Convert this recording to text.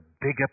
bigger